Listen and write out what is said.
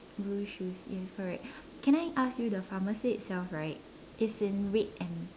blue shoes yes correct can I ask you the pharmacy itself right it's in red and